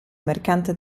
mercante